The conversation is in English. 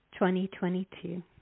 2022